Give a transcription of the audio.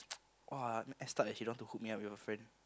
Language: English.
!wah! messed up leh she don't want to hook me up with her friend